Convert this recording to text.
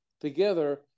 together